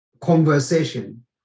conversation